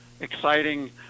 exciting